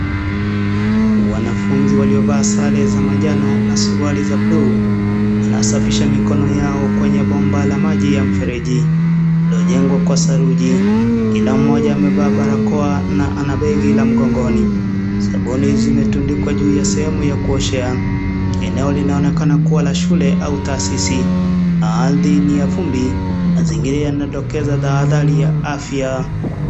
Wanafunzi waliovaa sare za manjano na suruali za bluu wanasafisha mikono yao kwenye bomba la maji ya mfereji iliyojengwa Kwa saruji, kila mmoja amevaa barakoa na ana begi la mkongoni ,sabuni zimetundikwa juu ya sehemu ya kuoshea, eneo linaonekana kuwa la shule au taasisi ardhi ni ya vumbi, mazingira yanadokeza tahadhari ya afya.